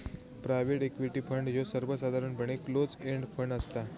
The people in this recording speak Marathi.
प्रायव्हेट इक्विटी फंड ह्यो सर्वसाधारणपणे क्लोज एंड फंड असता